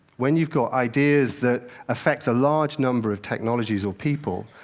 when you've got ideas that affect a large number of technologies or people,